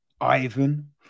Ivan